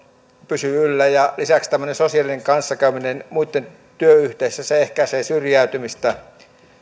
pysyvät yllä ja lisäksi tämmöinen sosiaalinen kanssakäyminen muitten kanssa työyhteisössä ehkäisee syrjäytymistä